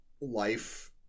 life